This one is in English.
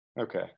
Okay